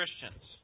Christians